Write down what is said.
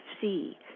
see